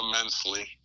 immensely